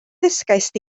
ddysgaist